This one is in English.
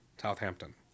Southampton